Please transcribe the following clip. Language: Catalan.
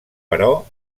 però